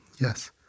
yes